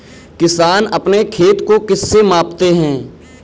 किसान अपने खेत को किससे मापते हैं?